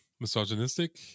misogynistic